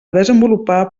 desenvolupar